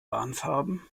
warnfarben